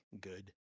good